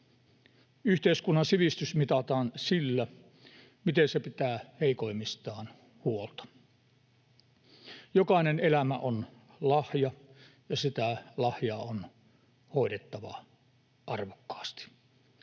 Yhteiskunnan sivistys mitataan sillä, miten se pitää heikoimmistaan huolta. Jokainen elämä on lahja, ja sitä lahjaa on hoidettava arvokkaasti.